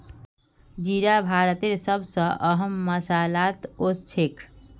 जीरा भारतेर सब स अहम मसालात ओसछेख